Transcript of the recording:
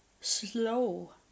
slow